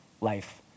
life